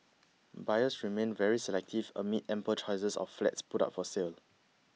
buyers remain very selective amid ample choices of flats put up for sale